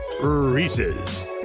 Reese's